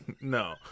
No